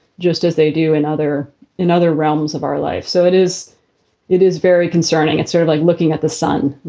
just as they do in other in other realms of our life. so it is it is very concerning and sort of like looking at the sun,